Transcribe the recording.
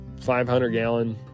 500-gallon